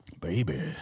Baby